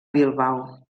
bilbao